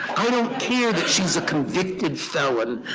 i don't care that she's a convicted felon,